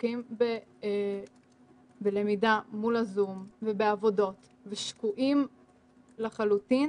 ועסוקים בלמידה מול הזום ובעבודות ושקועים לחלוטין